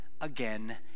again